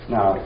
Now